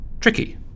Tricky